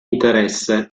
interesse